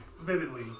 vividly